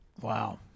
Wow